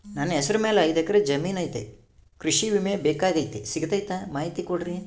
ನನ್ನ ಹೆಸರ ಮ್ಯಾಲೆ ಐದು ಎಕರೆ ಜಮೇನು ಐತಿ ಕೃಷಿ ವಿಮೆ ಬೇಕಾಗೈತಿ ಸಿಗ್ತೈತಾ ಮಾಹಿತಿ ಕೊಡ್ರಿ?